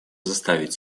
заставить